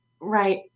Right